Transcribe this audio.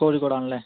കോഴിക്കോടാണല്ലേ